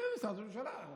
כן, במשרד ראש הממשלה.